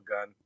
gun